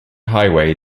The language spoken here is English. highway